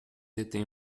detém